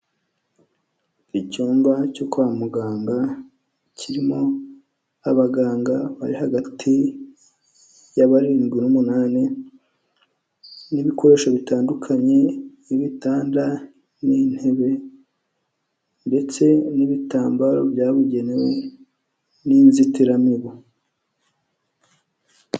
Icyumba cyo kwa muganga kirimo abaganga bari hagati yabarindwi n'umunani n'ibikoresho bitandukanye n'ibitanda n'intebe ndetse n'ibitambaro byabugenewe n'inzitiramibu.